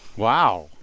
Wow